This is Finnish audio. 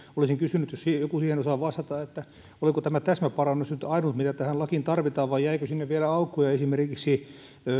olisin kysynyt jos joku siihen osaa vastata oliko tämä täsmäparannus nyt ainut mitä tähän lakiin tarvitaan vai jäikö sinne vielä aukkoja esimerkiksi